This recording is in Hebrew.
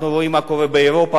אנחנו רואים מה קורה באירופה,